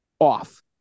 off